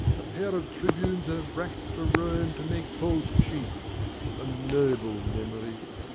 a pair of tribunes that have rack'd for rome, to make coals cheap a noble memory!